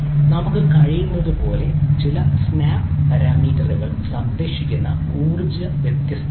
നമുക്ക് കഴിയുന്നതുപോലെ ചില സ്നാപ്പ് പാരാമീറ്ററുകൾ സംരക്ഷിക്കുന്ന വ്യത്യസ്ത ഊർജ്ജമുണ്ട്